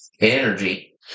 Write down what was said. Energy